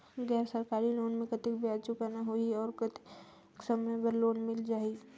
गैर सरकारी लोन मे कतेक ब्याज चुकाना होही और कतेक समय बर लोन मिल जाहि?